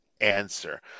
answer